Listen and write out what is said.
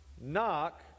Knock